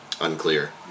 unclear